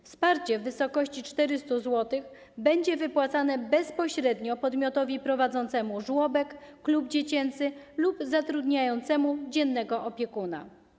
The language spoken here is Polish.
Wsparcie w wysokości 400 zł będzie wypłacane bezpośrednio podmiotowi prowadzącemu żłobek, klub dziecięcy lub zatrudniającemu dziennego opiekuna.